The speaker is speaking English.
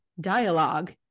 dialogue